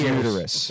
uterus